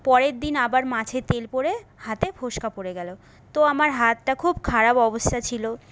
পরের দিন আবার মাছের তেল পড়ে হাতে ফোস্কা পড়ে গেল তো আমার হাতটা খুব খারাপ অবস্থা ছিল